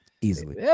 Easily